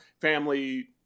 family